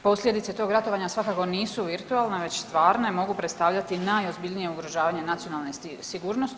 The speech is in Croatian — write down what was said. Posljedice tog ratovanja svakako nisu virtualne već stvarne, mogu predstavljati najozbiljnije ugrožavanje nacionalne sigurnosti.